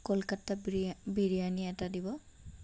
কলকাতা বিৰি বিৰিয়ানী এটা দিব